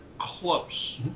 close